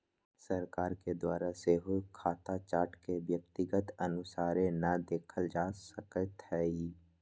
सरकार के द्वारा सेहो खता चार्ट के व्यक्तिगत अनुसारे न देखल जा सकैत हइ